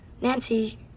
Nancy